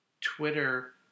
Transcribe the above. Twitter